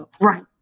Right